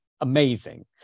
amazing